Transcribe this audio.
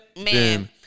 Man